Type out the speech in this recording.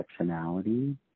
intersectionality